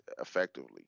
effectively